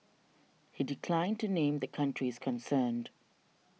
he declined to name the countries concerned